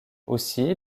aussi